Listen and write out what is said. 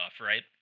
right